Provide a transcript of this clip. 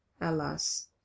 Alas